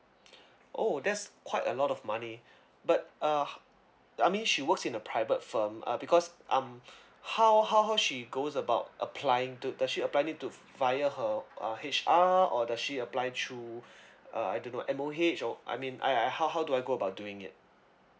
oh that's quite a lot of money but uh how I mean she works in a private firm uh because um how how how she goes about applying to does she apply it to via her uh H_R or does she apply through uh I don't know M_O_H or I mean I I how how do I go about doing it